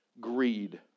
greed